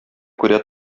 күрә